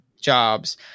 jobs